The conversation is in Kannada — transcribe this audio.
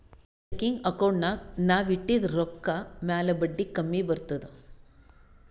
ಚೆಕಿಂಗ್ ಅಕೌಂಟ್ನಾಗ್ ನಾವ್ ಇಟ್ಟಿದ ರೊಕ್ಕಾ ಮ್ಯಾಲ ಬಡ್ಡಿ ಕಮ್ಮಿ ಬರ್ತುದ್